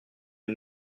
une